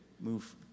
move